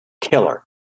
killer